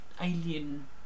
alien